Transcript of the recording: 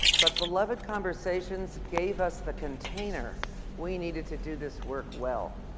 but beloved conversations gave us the container we needed to do this work well.